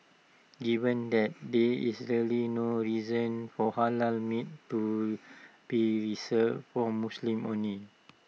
given that there is really no reason for Halal meat to be reserved for Muslims only